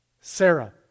Sarah